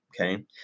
okay